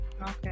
Okay